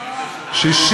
אוה.